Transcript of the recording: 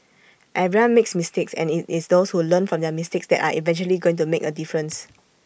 everyone makes mistakes and IT is those who learn from their mistakes that are eventually going to make A difference